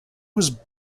was